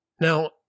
Now